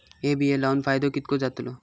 हे बिये लाऊन फायदो कितको जातलो?